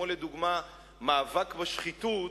כמו לדוגמה המאבק בשחיתות,